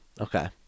Okay